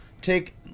take